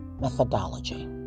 methodology